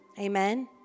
Amen